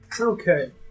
Okay